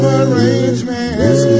arrangements